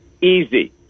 easy